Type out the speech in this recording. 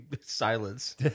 Silence